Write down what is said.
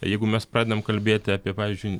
jeigu mes pradedam kalbėti apie pavyzdžiui